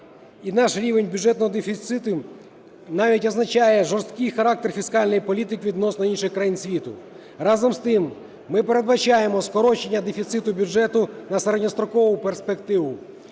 наш рівень бюджетного дефіциту навіть означає жорсткий характер фіскальної політики відносно інших країн світу. Разом з тим, ми передбачаємо скорочення дефіциту бюджету на середньострокову перспективу: